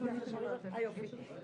היועצות המשפטיות,